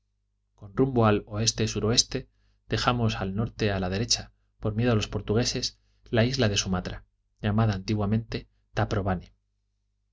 con rumbo al oestesuroeste dejamos al norte a la derecha por miedo a los portugueses la isla de sumatra llamada antiguamente taprobane